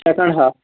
second half